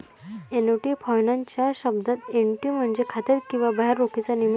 annuity finance च्या शब्दात, annuity म्हणजे खात्यात किंवा बाहेर रोखीचा नियमित प्रवाह